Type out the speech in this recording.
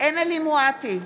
אמילי חיה מואטי,